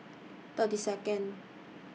thirty Second